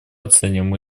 оцениваем